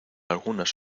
algunas